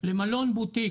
למלון בוטיק